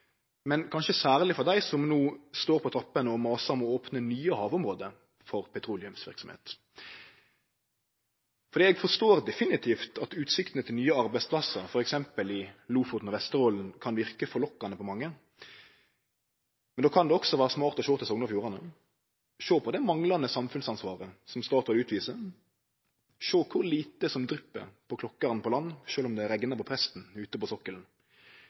men kanskje særleg for dei som står på trappene og masar om å opne nye havområde for petroleumsverksemd. Eg forstår definitivt at utsiktene til nye arbeidsplassar, f.eks. i Lofoten og Vesterålen, kan verke forlokkande på mange, men då kan det også vere smart å sjå til Sogn og Fjordane – sjå på det manglande samfunnsansvaret som Statoil utviser, sjå kor lite som dryp på klokkaren på land, sjølv om det regnar på presten ute på sokkelen,